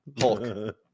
Hulk